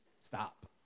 stop